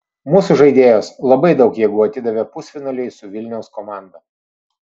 mūsų žaidėjos labai daug jėgų atidavė pusfinaliui su vilniaus komanda